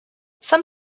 some